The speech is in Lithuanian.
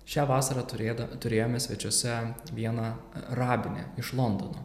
šią vasarą turėda turėjome svečiuose vieną rabinę iš londono